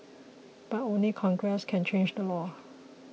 but only Congress can change the law